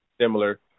Similar